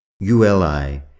ULI